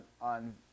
on